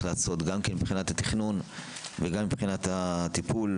לעשות גם מבחינת התכנון וגם מבחינת הטיפול.